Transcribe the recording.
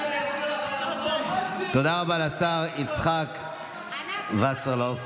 תודה רבה לשר יצחק וסרלאוף.